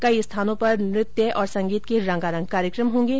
कई स्थानों पर नृत्य संगीत के रंगारंग कार्यक्रम होंगे